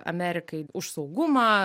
amerikai už saugumą